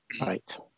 Right